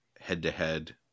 head-to-head